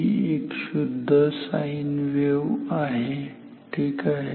ही एक शुद्ध sine wave आहे ठीक आहे